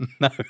No